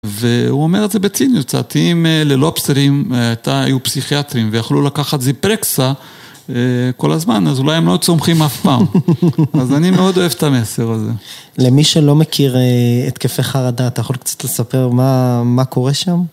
והוא אומר את זה בציניות קצת, אם ללובסטרים מעתה היו פסיכיאטרים ויכולו לקחת זיפרקסה כל הזמן, אז אולי הם לא צומחים אף פעם. אז אני מאוד אוהב את המסר הזה. למי שלא מכיר התקפי חרדה, אתה יכול קצת לספר מה קורה שם?